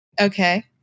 okay